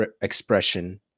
expression